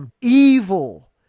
evil